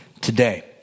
today